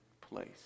place